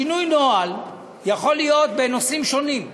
שינוי נוהל יכול להיות בנושאים שונים.